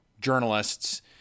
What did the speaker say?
journalists